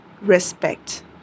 respect